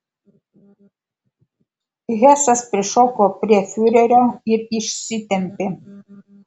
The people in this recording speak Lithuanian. hesas prišoko prie fiurerio ir išsitempė